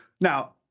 now